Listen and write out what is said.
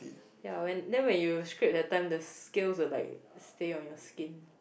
ya when then when you scrape that time the scales will like stay on your skin